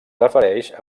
refereix